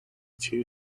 two